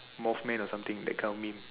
moth man or something that kind of meme